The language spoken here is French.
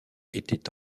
étaient